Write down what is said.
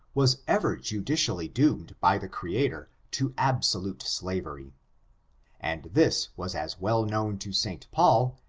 was ever judicially doomed by the creator to abso lute slavery and this was as well known to st paul,